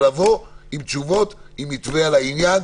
לבוא עם תשובות ועם מתווה בעניין.